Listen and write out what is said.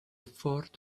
fort